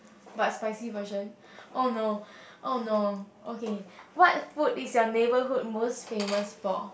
but spicy version oh no oh no okay what food is your neighborhood most famous for